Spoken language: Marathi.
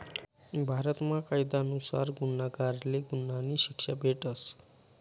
भारतमा कायदा नुसार गुन्हागारले गुन्हानी शिक्षा भेटस